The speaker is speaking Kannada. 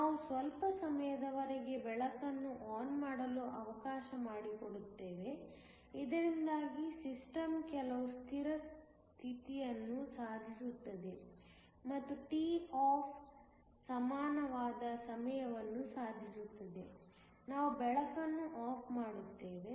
ನಾವು ಸ್ವಲ್ಪ ಸಮಯದವರೆಗೆ ಬೆಳಕನ್ನು ಆನ್ ಮಾಡಲು ಅವಕಾಶ ಮಾಡಿಕೊಡುತ್ತೇವೆ ಇದರಿಂದಾಗಿ ಸಿಸ್ಟಮ್ ಕೆಲವು ಸ್ಥಿರ ಸ್ಥಿತಿಯನ್ನು ಸಾಧಿಸುತ್ತದೆ ಮತ್ತು toff ಸಮಾನವಾದ ಸಮಯವನ್ನು ಸಾಧಿಸುತ್ತದೆ ನಾವು ಬೆಳಕನ್ನು ಆಫ್ ಮಾಡುತ್ತೇವೆ